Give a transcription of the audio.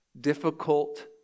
difficult